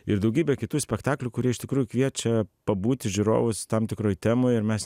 ir daugybė kitų spektaklių kurie iš tikrųjų kviečia pabūti žiūrovus tam tikroj temoj ir mes